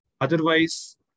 Otherwise